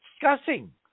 discussing